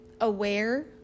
aware